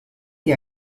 que